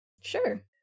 Sure